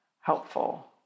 helpful